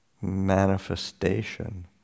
manifestation